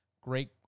great